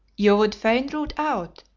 you would fain root out,